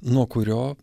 nuo kurio